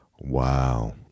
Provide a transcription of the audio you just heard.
Wow